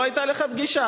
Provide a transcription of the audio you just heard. לא היתה לך פגישה.